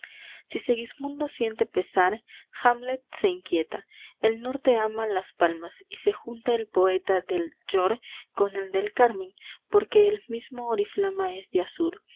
si segismundo siente pesar hamlet se inquieta el norte ama las palmas y se junta el poeta del fjord con el del carmen porque el mismo oriflama es de azur